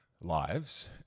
lives